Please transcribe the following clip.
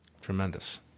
tremendous